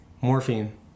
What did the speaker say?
Morphine